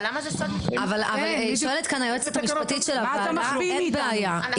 מה אתה מחביא מאיתנו?